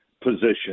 position